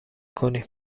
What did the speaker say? کنیم